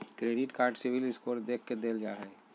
credit card CIBIL score देख के देल जा हइ